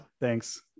Thanks